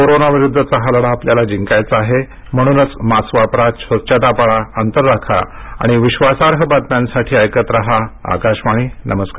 corona विरुद्धचा हा लढा आपल्याला जिंकायचा आहे म्हणूनच मास्क वापरा स्वच्छता पाळा अंतर राखा आणि विश्वासार्ह बातम्यांसाठी ऐकत रहा आकाशवाणी नमस्कार